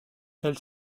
elle